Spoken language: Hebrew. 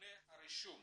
נתוני הרישום